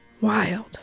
Wild